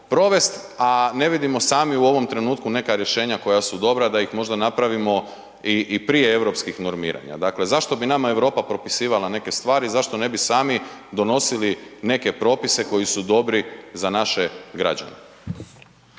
provesti, a ne vidimo sami u ovom trenutku neka rješenja koja su dobra, da ih možda napravimo i prije europskih normiranja. Dakle, zašto bi nama Europa propisivala neke stvari, zašto ne bi sami donosili neke propise koji su dobri za naše građane?